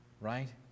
Right